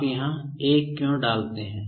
आप यहाँ 1 क्यों डालते हैं